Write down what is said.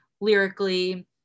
lyrically